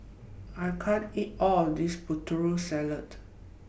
I can't eat All of This Putri Salad